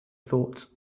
thought